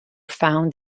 found